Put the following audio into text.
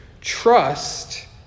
Trust